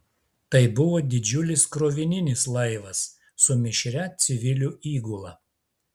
tai buvo didžiulis krovininis laivas su mišria civilių įgula